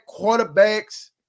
quarterbacks